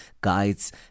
guides